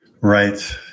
Right